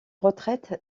retraite